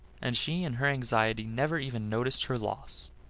and she in her anxiety never even noticed her loss.